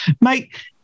Mate